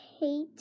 hate